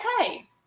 Okay